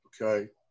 okay